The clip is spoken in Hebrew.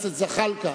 התשס"ט 2009,